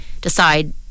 decide